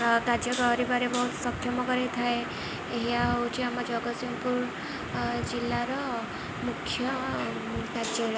କାର୍ଯ୍ୟ କରିବାରେ ବହୁତ ସକ୍ଷମ କରିଥାଏ ଏହା ହଉଛି ଆମ ଜଗତସିଂହପୁର ଜିଲ୍ଲାର ମୁଖ୍ୟ କାର୍ଯ୍ୟାଳୟ